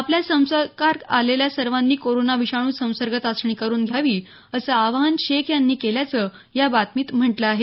आपल्या संपर्कात आलेल्या सर्वांनी कोरोना विषाणू संसर्ग चाचणी करून घ्यावी असं आवाहन शेख यांनी केल्याचं या बातमीत म्हटलं आहे